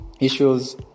issues